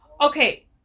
Okay